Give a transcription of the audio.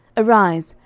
arise,